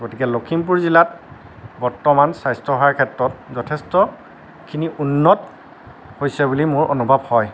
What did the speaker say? গতিকে লখিমপুৰ জিলাত বৰ্তমান স্বাস্থ্য সেৱাৰ ক্ষেত্ৰত যথেষ্টখিনি উন্নত হৈছে বুলি মোৰ অনুভৱ হয়